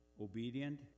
Obedient